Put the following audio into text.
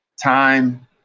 Time